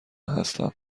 هستم